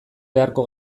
beharko